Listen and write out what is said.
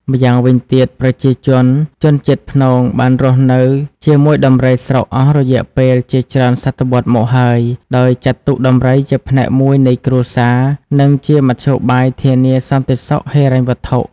ម្យ៉ាងវិញទៀត ប្រជាជនជនជាតិភ្នងបានរស់នៅជាមួយដំរីស្រុកអស់រយៈពេលជាច្រើនសតវត្សមកហើយ ដោយចាត់ទុកដំរីជាផ្នែកមួយនៃគ្រួសារ និងជាមធ្យោបាយធានាសន្តិសុខហិរញ្ញវត្ថុ។